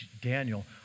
Daniel